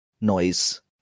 noise